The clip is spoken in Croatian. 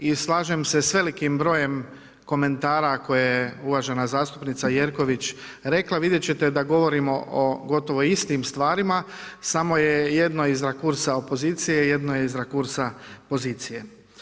I slažem se s velikim brojem komentara koje uvažena zastupnica Jerković rekla, vidjeti ćete da govorimo o gotovo istim stvarima, samo je jedno … opozicije, jedno je iz rakursa pozicije.